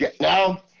Now